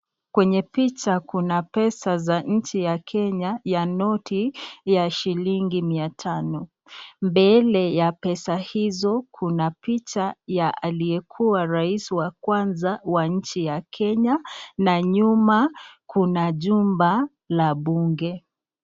Kwenye picha kuna pesa za nchi ya Kenya ya noti ya shilingi mia tano. Mbele ya pesa hizo kuna picha ya aliyekuwa rais wa kwanza wa nchi ya Kenya na nyuma kuna jumba la bunge.